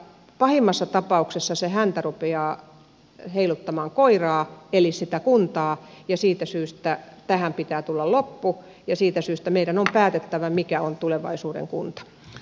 pahimmassa tapauksessa se häntä rupeaa heiluttamaan koiraa eli sitä kuntaa ja siitä syystä tähän pitää tulla loppu ja siitä syystä meidän on päätettävä mikä on tulevaisuuden kunta